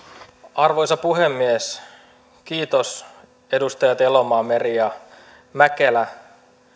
arvoisa puhemies kiitos edustajat elomaa meri ja mäkelä